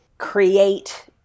create